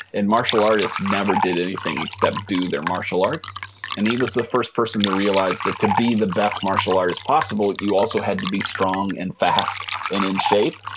and martial artists never did anything except do their martial arts and he was the first person to realize that to be the best martial artist possible, you also had to be strong and fast and in shape.